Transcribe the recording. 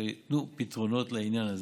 שייתנו פתרונות לעניין הזה.